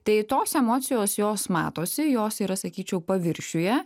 tai tos emocijos jos matosi jos yra sakyčiau paviršiuje